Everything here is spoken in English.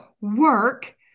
work